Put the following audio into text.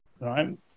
right